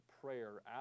prayer